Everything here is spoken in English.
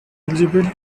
eligible